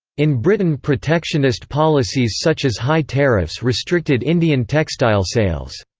in britain protectionist policies such as high tariffs restricted indian textile sales.